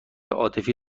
عاطفی